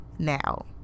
now